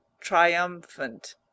triumphant